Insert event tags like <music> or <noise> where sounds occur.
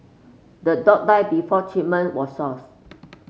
the dog died before treatment was sought <unintelligible>